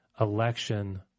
election